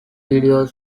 video